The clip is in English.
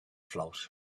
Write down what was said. float